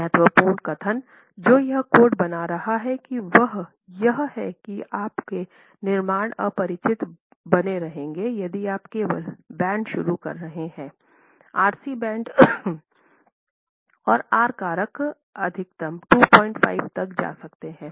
महत्वपूर्ण कथन जो यह कोड बना रहा है वह यह है कि आपके निर्माण अपरिचित बने रहेंगे यदि आप केवल बैंड शुरू कर रहे हैं आरसी बैंड और आर कारक अधिकतम 25 तक जा सकते हैं